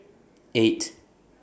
eight